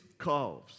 calves